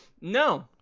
No